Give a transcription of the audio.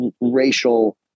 racial